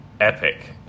epic